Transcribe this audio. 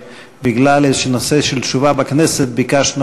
שבגלל איזשהו נושא של תשובה בכנסת ביקשנו